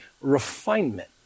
refinement